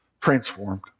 Transformed